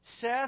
Seth